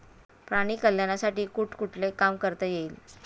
प्राणी कल्याणासाठी कुठले कुठले काम करता येईल?